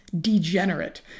degenerate